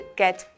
get